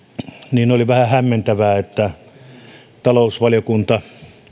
oli vähän hämmentävää että talousvaliokunta